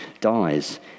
dies